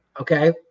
Okay